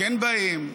כן באים,